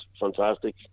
fantastic